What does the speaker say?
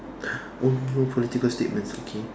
oh no no political statements okay